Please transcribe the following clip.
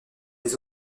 les